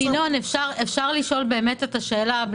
אפשר לשאול את השאלה.